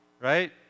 right